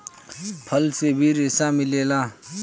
फल से भी रेसा मिलेला